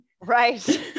Right